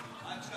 אל תשכח לברך.